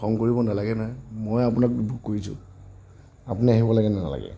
খং কৰিব নালাগে নহয় মই আপোনাক বুক কৰিছোঁ আপুনি আহিব লাগে নে নালাগে